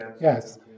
yes